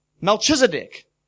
Melchizedek